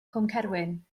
cwmcerwyn